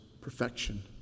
perfection